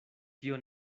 tio